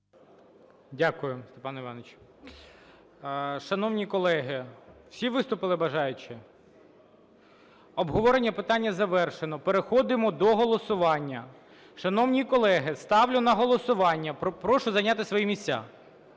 Дякую, Степане Івановичу. Шановні колеги, всі виступили бажаючі? Обговорення питання завершено. Переходимо до голосування. Шановні колеги, ставлю на голосування… прошу зайняти свої місця.